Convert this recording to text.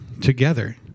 together